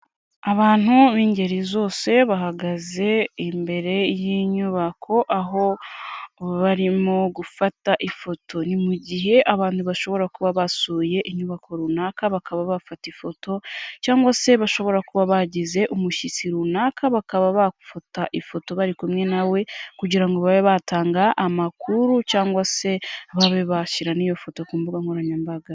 Abantu b'ingeri zose bahagaze imbere y'inyubako aho barimo gufata ifoto. Ni mu gihe abantu bashobora kuba basuye inyubako runaka bakaba bafata ifoto, cyangwa se bashobora kuba bagize umushyitsi runaka bakaba bafata ifoto bari kumwe na we kugira ngo babe batanga amakuru cyangwa se ababe bashyira n'iyo foto ku mbuga nkoranyambaga.